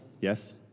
Yes